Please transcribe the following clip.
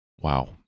Wow